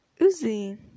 Uzi